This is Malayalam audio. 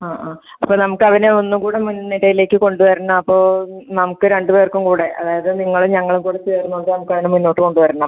ആ ആ അപ്പോൾ നമുക്കവനെ ഒന്നും കൂടെ മുൻ നിരയിലേക്ക് കൊണ്ടുവരണം അപ്പോൾ നമുക്ക് രണ്ട് പേർക്കും കൂടെ അതായത് നിങ്ങളും ഞങ്ങളും കൂടെ ചേർന്നുകൊണ്ട് നമുക്കവനെ മുന്നോട്ട് കൊണ്ടുവരണം